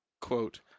quote